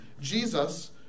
Jesus